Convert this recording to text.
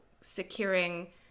securing